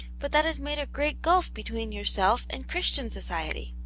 but that has made a great gulf between your self and christian society.